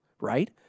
right